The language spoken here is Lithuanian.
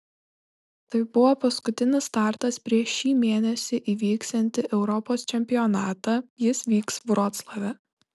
tai buvo paskutinis startas prieš šį mėnesį įvyksiantį europos čempionatą jis vyks vroclave